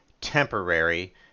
temporary